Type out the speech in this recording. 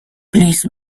please